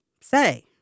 say